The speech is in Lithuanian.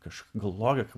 aš galvoju kad